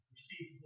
Receive